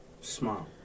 Smile